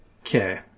Okay